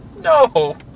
No